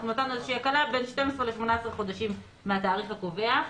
אנחנו נתנו איזו הקלה בין 12 ל-18 חודשים מהתאריך הקובע.